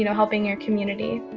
you know helping your community.